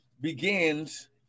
begins